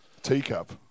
Teacup